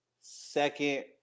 second